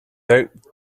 out